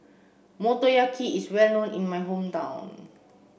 Motoyaki is well known in my hometown